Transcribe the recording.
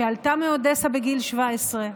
שעלתה מאודסה בגיל 17,